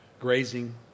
grazing